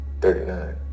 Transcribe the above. Thirty-nine